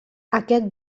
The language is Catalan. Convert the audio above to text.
aquest